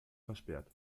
versperrt